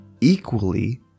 equally